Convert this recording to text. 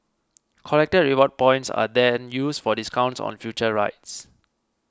collected reward points are then used for discounts on future rides